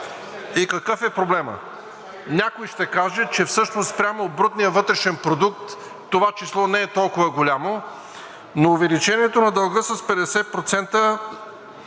И какъв е проблемът? Някой ще каже, че всъщност спрямо брутния вътрешен продукт това число не е толкова голямо, но увеличението на дълга с 50%